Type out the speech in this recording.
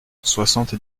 soixante